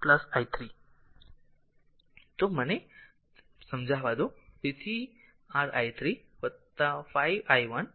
તો મને પહેલા તેને સમજાવા દો તેથી r i 3 5 i 1